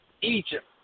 Egypt